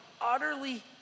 utterly